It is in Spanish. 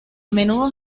menudo